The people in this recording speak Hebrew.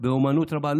באומנות רבה.